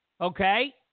Okay